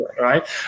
Right